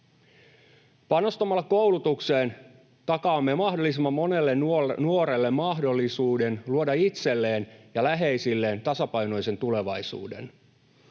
Panostamalla koulutukseen takaamme mahdollisimman monelle nuorelle mahdollisuuden luoda itselleen ja läheisilleen tasapainoinen tulevaisuus.